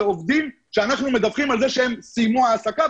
זה עובדים שאנחנו מדווחים על זה שהם סיימו העסקה,